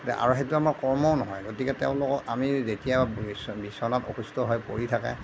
আৰু সেইটো আমাৰ কৰ্মও নহয় গতিকে তেওঁলোকক আমি যেতিয়া বিছনা বিছনাত অসুস্থ হৈ পৰি থাকে